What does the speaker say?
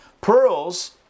Pearls